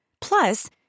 Plus